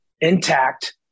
intact